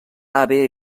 haver